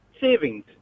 savings